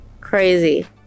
Crazy